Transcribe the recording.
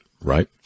Right